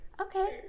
Okay